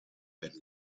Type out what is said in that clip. per